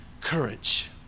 courage